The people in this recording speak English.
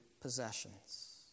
possessions